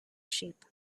sheep